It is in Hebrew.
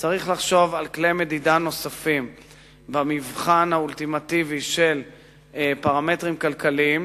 צריך לחשוב על כלי מדידה נוספים במבחן האולטימטיבי של פרמטרים כלכליים,